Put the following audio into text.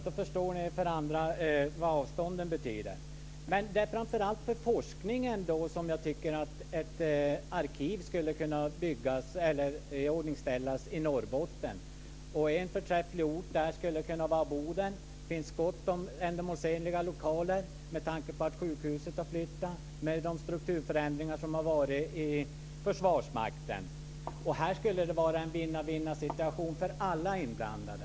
Då förstår ni vad avstånden betyder. Det är framför allt för forskningen som jag tycker att ett arkiv skulle byggas eller iordningställas i Norrbotten. En förträfflig ort där skulle kunna vara Boden. Där finns gott om ändamålsenliga lokaler med tanke på att sjukhuset har flyttat och de strukturförändringar som har gjorts i Försvarsmakten. Här skulle det vara en vinna-vinna-situation för alla inblandade.